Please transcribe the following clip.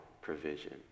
provision